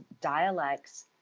dialects